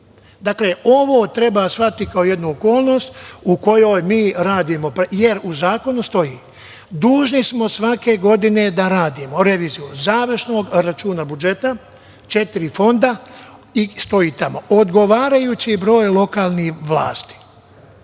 ćemo. Ovo treba shvatiti kao jednu okolnost u kojoj mi radimo jer u zakonu stoji – dužni smo svake godine da radimo reviziju završnog računa budžeta, četiri fonda, i stoji tamo – odgovarajući broj lokalnih vlasti.